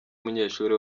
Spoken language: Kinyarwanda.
umunyeshuri